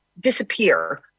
disappear